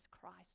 Christ